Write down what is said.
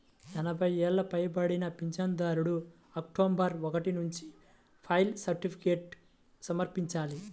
ఎనభై ఏళ్లు పైబడిన పింఛనుదారులు అక్టోబరు ఒకటి నుంచి లైఫ్ సర్టిఫికేట్ను సమర్పించాలి